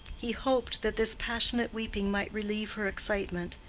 he hoped that this passionate weeping might relieve her excitement.